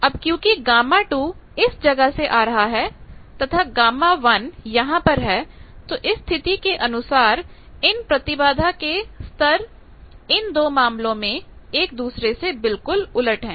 अब क्योंकि Γ2 इस जगह से आ रहा है तथा Γ1 यहां पर है तो इस स्थिति के अनुसार इन प्रतिबाधा के स्तर इन दो मामलों में एक दूसरे के बिल्कुल उलट है